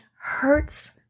hurts